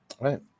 Right